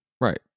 Right